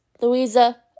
Louisa